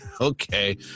Okay